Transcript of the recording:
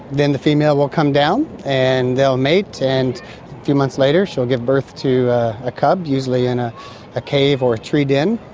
then the female will come down and they'll mate, and a few months later she will give birth to a cub, usually in a a cave or a tree den,